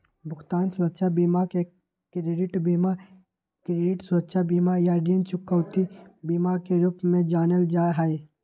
भुगतान सुरक्षा बीमा के क्रेडिट बीमा, क्रेडिट सुरक्षा बीमा, या ऋण चुकौती बीमा के रूप में भी जानल जा हई